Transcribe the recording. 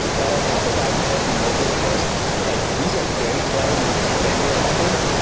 now on top of that, what we noticed was ah like these are great cloud vendor offerings.